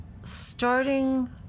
starting